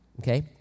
Okay